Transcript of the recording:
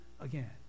again